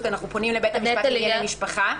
אנחנו פונים לבית המשפט לענייני משפחה?